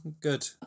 good